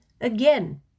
again